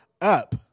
up